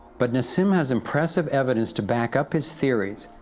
but nassim has impressive evidence to back up his theories,